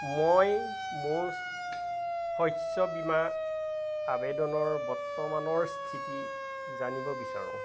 মই মোৰ শস্য বীমা আবেদনৰ বৰ্তমানৰ স্থিতি জানিব বিচাৰোঁ